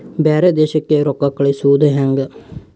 ಬ್ಯಾರೆ ದೇಶಕ್ಕೆ ರೊಕ್ಕ ಕಳಿಸುವುದು ಹ್ಯಾಂಗ?